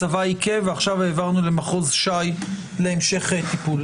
הצבא עיכב ועכשיו העברנו למחוז ש"י להמשך טיפול,